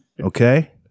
Okay